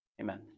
amen